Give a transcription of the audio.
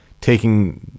taking